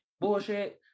bullshit